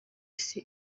isi